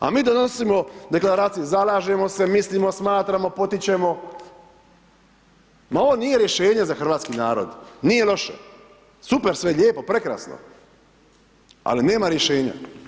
A mi donosimo Deklaracije, zalažemo se, mislimo, smatramo, potičemo, ma ovo nije rješenje za hrvatski narod, nije loše, super, sve lijepo, prekrasno, ali nema rješenja.